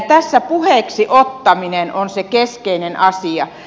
tässä puheeksi ottaminen on se keskeinen asia